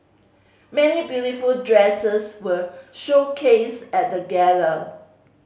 many beautiful dresses were showcased at the gala